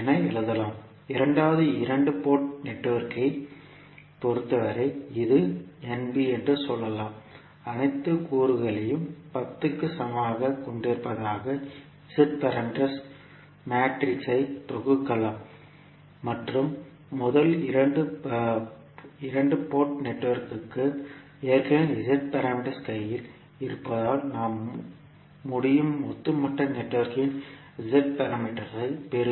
என எழுதலாம் இரண்டாவது இரண்டு போர்ட் நெட்வொர்க்கைப் பொறுத்தவரை இது Nb என்று சொல்லலாம் அனைத்து கூறுகளையும் 10 க்கு சமமாகக் கொண்டிருப்பதாக Z பாராமீட்டர் மேட்ரிக்ஸ் ஐ தொகுக்கலாம் மற்றும் முதல் இரண்டு போர்ட் நெட்வொர்க்கிற்கு ஏற்கனவே Z பாராமீட்டர்ஸ் கையில் இருப்பதால் நாம் முடியும் ஒட்டுமொத்த நெட்வொர்க்கின் Z பாராமீட்டர் ஐ பெறுங்கள்